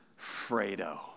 Fredo